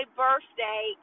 birthday